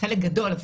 חלק גדול אפילו.